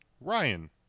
Ryan